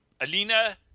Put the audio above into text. Alina